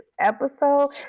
episode